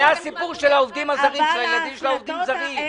היה הסיפור של הילדים של העובדים הזרים.